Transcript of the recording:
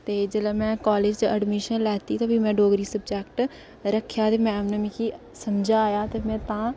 जेल्लै में कॉलेज च एडमिशन लैती ते भी में डोगरी सब्जैक्ट रक्खेआ ते मैम ने मिगी समझाया ते में तां